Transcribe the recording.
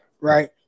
right